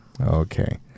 Okay